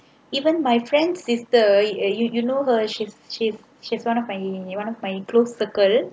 even my friends sister you you know hers she's she's she's one of my one of my close circle